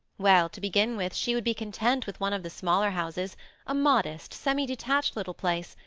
well, to begin with, she would be content with one of the smaller houses a modest, semidetached little place,